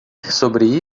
sobre